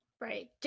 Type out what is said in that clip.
right